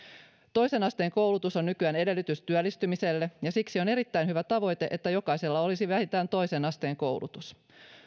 toisen asteen koulutus on nykyään edellytys työllistymiselle ja siksi on erittäin hyvä tavoite että jokaisella olisi vähintään toisen asteen koulutus